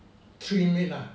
trim it lah